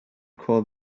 call